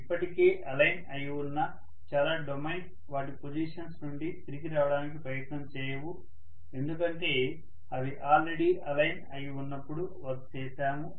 ఇప్పటికే అలైన్ అయి ఉన్న చాలా డొమైన్స్ వాటి పొజిషన్స్ నుండి తిరిగి రావడానికి ప్రయత్నం చేయవు ఎందుకంటే అవి ఆల్రెడీ అలైన్ అయి ఉన్నపుడు వర్క్ చేసాము